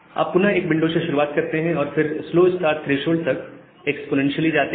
आप पुन एक विंडो से शुरुआत करते हैं और फिर स्लो स्टार्ट थ्रेशोल्ड तक एक्स्पोनेंशियली जाते हैं